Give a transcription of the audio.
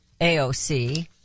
AOC